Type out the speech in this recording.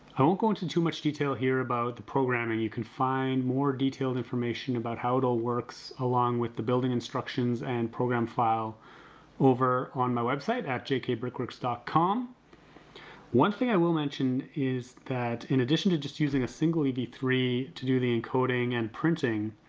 i won't go into too much detail here about the programming and you can find more detailed information about how it all works along with the building instructions and program file over on my website at jkbrickworks dot com one thing i will mention is that in addition to just using a single e v three to do the encoding and printing,